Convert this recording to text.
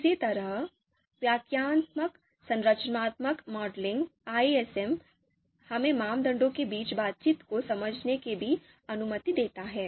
इसी तरह व्याख्यात्मक संरचनात्मक मॉडलिंग आईएसएम हमें मानदंडों के बीच बातचीत को समझने की भी अनुमति देता है